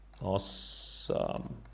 awesome